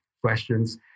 questions